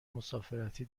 مسافرتی